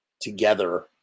together